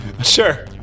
sure